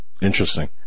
Interesting